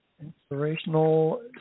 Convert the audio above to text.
inspirational